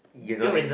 you don't act